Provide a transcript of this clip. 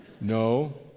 No